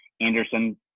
Anderson